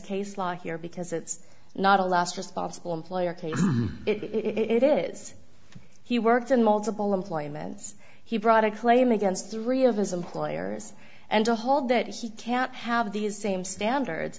case law here because it's not a last responsible employer it is he worked in multiple employments he brought a claim against three of his employers and to hold that he can't have these same standards